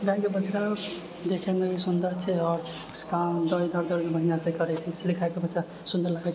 गायके बछड़ा देखएमे भी सुन्दर छै आओर सभ काम दौड़ि दौड़िके बढ़िआँसँ करैत छै इसिलिए गायके बछड़ा सुन्दर लागैत छै